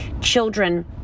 children